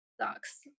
sucks